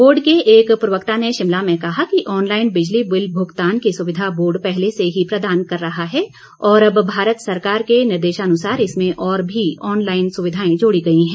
board के एक प्रवक्ता ने शिमला में कहा कि ऑनलाईन बिजली बिल भुगतान की सुविधा बोर्ड पहले से ही प्रदान कर रहा है और अब भारत सरकार के निर्देशानुसार इसमें और भी ऑनलाईन सुविधाएं जोड़ी गई है